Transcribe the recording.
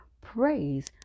praise